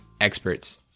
experts